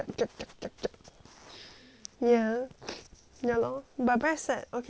ya ya lor but very sad okay so I pay for I_P_L right